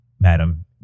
Madam